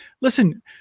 listen –